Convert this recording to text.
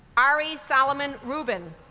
ari solomon ruben,